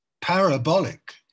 parabolic